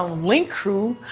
um link crew,